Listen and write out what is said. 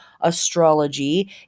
astrology